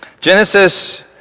Genesis